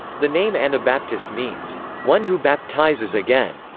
the name anabaptist means one who baptizes again.